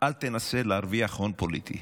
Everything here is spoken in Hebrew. אל תנסה להרוויח הון פוליטי.